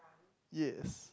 yes